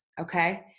okay